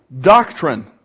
doctrine